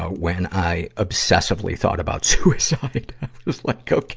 ah when i obsessively thought about suicide i was like, okay.